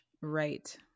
Right